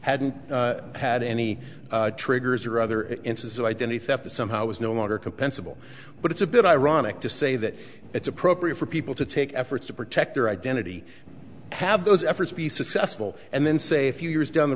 hadn't had any triggers or other instances of identity theft that somehow was no longer compensable but it's a bit ironic to say that it's appropriate for people to take efforts to protect their identity have those efforts be successful and then say a few years down the